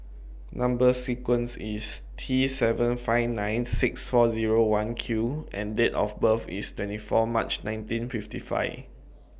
Number sequence IS T seven five nine six four Zero one Q and Date of birth IS twenty four March nineteen fifty five